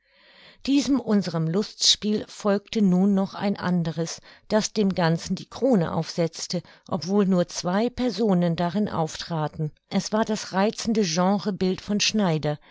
diesem unserem lustspiel folgte nun noch ein anderes das dem ganzen die krone aufsetzte obwohl nur zwei personen darin auftraten es war das reizende genrebild von schneider